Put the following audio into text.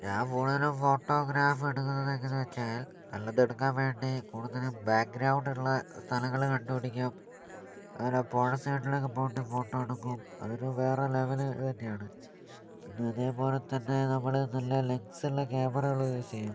ഞാൻ ഫോണിൽ ഫോട്ടോഗ്രാഫ് എടുക്കുന്നത് എങ്ങനെയാണെന്നുവച്ചാൽ നല്ലതെടുക്കാൻ വേണ്ടി കൂടുതലും ബാക്ക്ഗ്രൗണ്ട് ഉള്ള സ്ഥലങ്ങൾ കണ്ട് പിടിക്കും അതൊക്കെ പോകുന്ന സൈഡിലൊക്കെ പോയിട്ട് ഫോട്ടോ എടുക്കും അതൊരു വേറെ ലെവൽ തന്നെയാണ് പിന്നെ അതേ പോലെ തന്നെ നമ്മൾ നല്ല ലെൻസുള്ള ക്യാമറകൾ യൂസ് ചെയ്യും